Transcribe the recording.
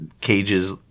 Cage's